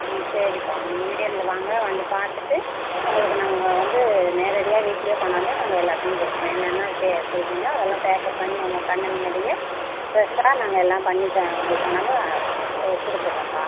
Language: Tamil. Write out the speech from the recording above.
ஆ சரிப்பா நீங்கள் நேரில் வாங்க வந்து பார்த்துட்டு உங்களுக்கு நாங்கள் வந்து நேரடியாக வீட்டுலயே கொண்டாந்து நாங்கள் எல்லாத்தையும் கொடுக்குறோம் என்னான தே சொல்றிங்களோ அதலாம் பேக் பண்ணி உங்கள் கண் முன்னாடியே ஃப்ரஷாக நாங்கள் எல்லாம் பண்ணி தாரோம் உங்களுக்கு கொண்டாந்து கொடுத்துடுறோம்ப்பா